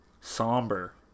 somber